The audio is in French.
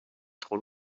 trop